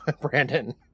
Brandon